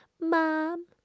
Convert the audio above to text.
mom